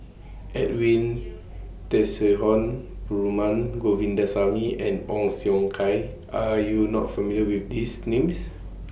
Edwin Tessensohn Perumal Govindaswamy and Ong Siong Kai Are YOU not familiar with These Names